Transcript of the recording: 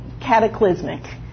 cataclysmic